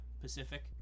Pacific